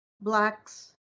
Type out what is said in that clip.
blacks